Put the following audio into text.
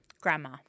Grandma